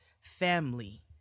family